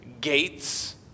gates